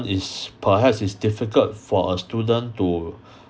is perhaps it's difficult for a student to